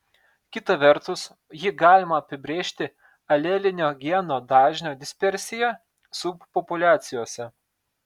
kita vertus jį galima apibrėžti alelinio geno dažnio dispersija subpopuliacijose